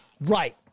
Right